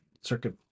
circuit